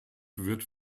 wird